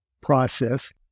process